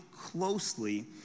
closely